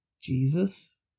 Jesus